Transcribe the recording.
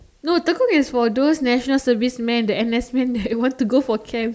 no Tekong is for those national service men the N_S men that want to go for camp